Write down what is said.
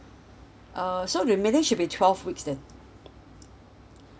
uh so remaining should be twelve weeks then